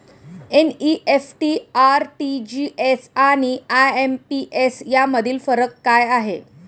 NEFT, RTGS आणि IMPS यामधील फरक काय आहे?